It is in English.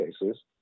cases